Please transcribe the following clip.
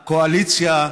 לקואליציה,